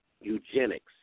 Eugenics